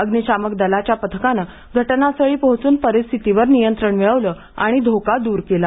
अग्निशामक दलाच्या पथकानं घटनास्थळी पोहोचून परिस्थितीवर नियंत्रण मिळवलं आणि धोका दूर केला